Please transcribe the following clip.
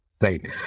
Right